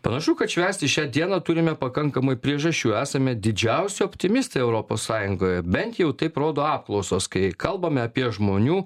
panašu kad švęsti šią dieną turime pakankamai priežasčių esame didžiausi optimistai europos sąjungoje bent jau taip rodo apklausos kai kalbame apie žmonių